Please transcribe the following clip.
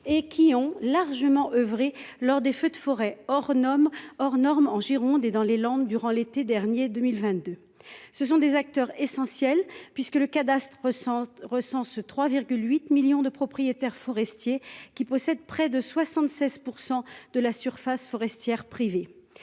et qui ont largement oeuvré lors des feux de forêt or nomme hors norme en Gironde et dans les Landes durant l'été dernier 2022 ce sont des acteurs essentiels puisque le cadastre. Recense 3 8 millions de propriétaires forestiers qui possède près de 76% de la surface forestière privée.